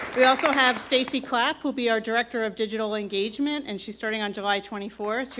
we also have stacey clapp will be our director of digital engagement and she's starting on july twenty fourth she